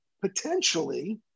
potentially